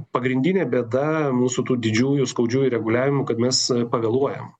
pagrindinė bėda mūsų tų didžiųjų skaudžiųjų reguliavimų kad mes pavėluojam